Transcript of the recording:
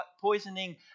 poisoning